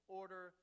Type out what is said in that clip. order